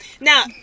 Now